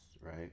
right